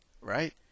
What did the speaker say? right